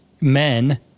men